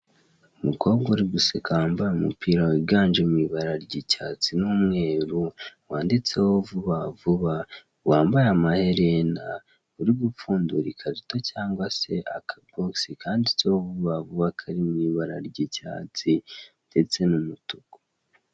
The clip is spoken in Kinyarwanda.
Umukobwa uri guseka wambaye umupira wiganje mu ibara ry'icyatsi n'umweru wanditseho vubavuba wambaye amaherena uri gupfundura ikarito cyangwa se akabogisi kanditseho vubavuba kari mu ibara ry'icyatsi ndetse n'umutuku.